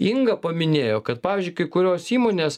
inga paminėjo kad pavyzdžiui kai kurios įmonės